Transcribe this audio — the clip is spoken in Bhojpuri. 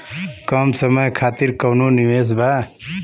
कम समय खातिर कौनो निवेश बा?